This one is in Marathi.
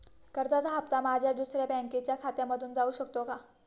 कर्जाचा हप्ता माझ्या दुसऱ्या बँकेच्या खात्यामधून जाऊ शकतो का?